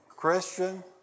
Christian